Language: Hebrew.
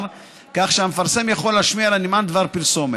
כך שהמפרסם יכול להשמיע לנמען דבר פרסומת.